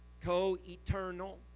co-eternal